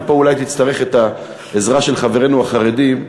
ופה אולי תצטרך את העזרה של חברינו החרדים,